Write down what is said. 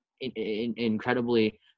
incredibly